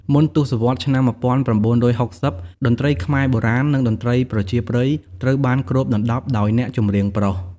មុនទសវត្សរ៍ឆ្នាំ ១៩៦០ តន្ត្រីខ្មែរបុរាណ និងតន្ត្រីប្រជាប្រិយ ត្រូវបានគ្របដណ្ដប់ដោយអ្នកចម្រៀងប្រុស។